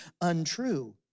untrue